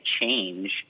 change